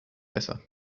besser